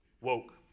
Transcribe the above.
woke